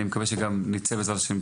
אז אני מקווה שבעזרת השם גם נצא עם בשורות